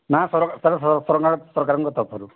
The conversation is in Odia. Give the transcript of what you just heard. ନା ସରକାରଙ୍କ ତରଫରୁ